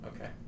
Okay